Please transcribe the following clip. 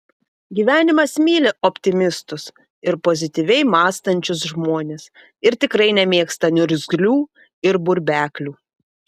gyvenimas myli optimistus ir pozityviai mąstančius žmones ir tikrai nemėgsta niurgzlių ir burbeklių